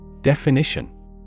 Definition